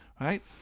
Right